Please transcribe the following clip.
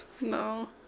No